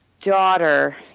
daughter